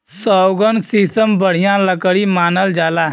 सौगन, सीसम बढ़िया लकड़ी मानल जाला